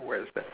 where's that